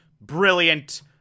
brilliant